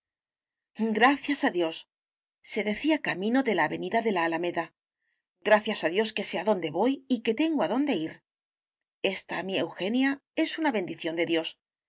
gracias a diosse decía camino de la avenida de la alameda gracias a dios que sé adónde voy y que tengo adónde ir esta mi eugenia es una bendición de dios